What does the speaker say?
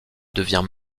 devient